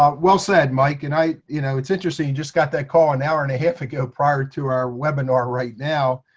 um well said, mike. and, you know, it's interesting you just got that call an hour and a half ago prior to our webinar right now.